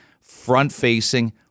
front-facing